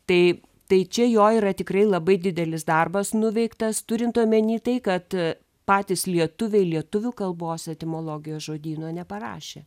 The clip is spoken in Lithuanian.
tai tai čia jo yra tikrai labai didelis darbas nuveiktas turint omeny tai kad patys lietuviai lietuvių kalbos etimologijos žodyno neparašė